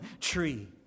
tree